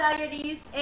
Diaries